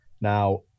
Now